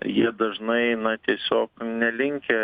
jie dažnai eina tiesiog nelinkę